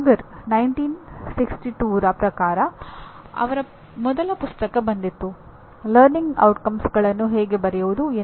ನಾಲ್ಕನೆಯ ಪಾಠ ನಮಗೆ ವಿಭಾಗ ಮಟ್ಟದಲ್ಲಿ ಎನ್ಬಿಎ ಪಠ್ಯಕ್ರಮದ ಪರಿಣಾಮಗಳು